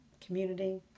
community